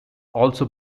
also